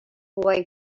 boy